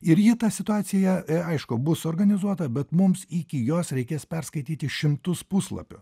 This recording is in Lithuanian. ir ji ta situacija aišku bus organizuota bet mums iki jos reikės perskaityti šimtus puslapių